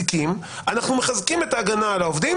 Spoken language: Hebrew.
אנחנו מחזקים את ההגנה על העובדים